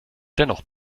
dennoch